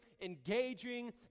engaging